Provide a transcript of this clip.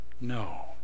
No